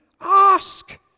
Ask